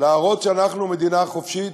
להראות שאנחנו מדינה חופשית,